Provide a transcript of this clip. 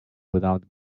without